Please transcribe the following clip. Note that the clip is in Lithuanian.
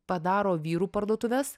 padaro vyrų parduotuves